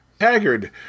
Haggard